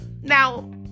Now